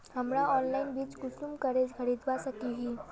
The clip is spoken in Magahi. हमरा ऑनलाइन बीज कुंसम करे खरीदवा सको ही?